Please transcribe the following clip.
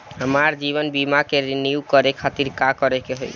हमार जीवन बीमा के रिन्यू करे खातिर का करे के होई?